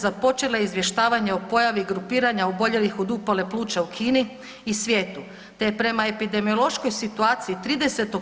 Započela je izvještavanje o pojavi grupiranja oboljelih od upale pluća u Kini i svijetu, te je prema epidemiološkoj situaciji 30.